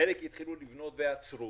חלק התחילו לעבוד ועצרו